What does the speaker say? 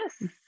Yes